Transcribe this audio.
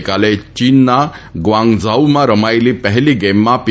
ગઈકાલે ચીનના ગ્વાંગઝાઉમાં રમાયેલી પહેલી ગેમમાં પી